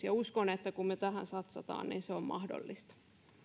ja uskon että kun me tähän satsaamme niin se on mahdollista